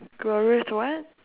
glorious what